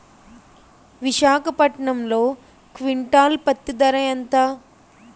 విశాఖపట్నంలో క్వింటాల్ పత్తి ధర ఎంత?